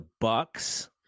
Bucks